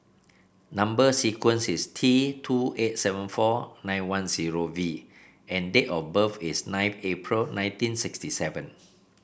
number sequence is T two eight seven four nine one zero V and date of birth is nine April nineteen sixty seven